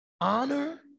honor